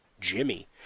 Jimmy